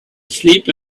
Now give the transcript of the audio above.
asleep